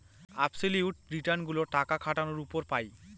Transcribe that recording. absolute return গুলো টাকা খাটানোর উপর পাই